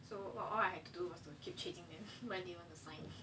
so all I had to do was to keep changing their mind do you wanna sign